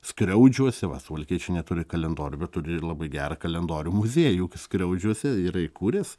skriaudžiuose va suvaliečiai neturi kalendorių bet turi labai gerą kalendorių muziejų skriaudžiuose yra įkūręs